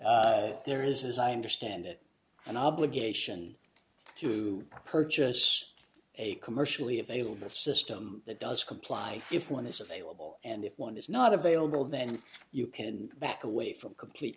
there is as i understand it an obligation to purchase a commercially available system that does comply if one is available and if one is not available then you can back away from complete